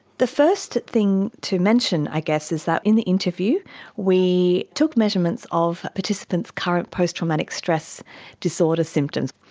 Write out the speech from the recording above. the first thing to mention i guess is that in the interview we took measurements of participants' current post-traumatic stress disorder symptoms.